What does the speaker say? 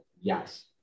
yes